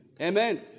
Amen